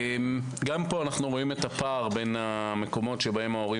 גם פה אנחנו רואים פער בין מקומות שבהם ההורים